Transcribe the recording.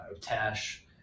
Tash